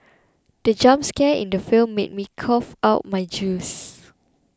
the jump scare in the film made me cough out my juice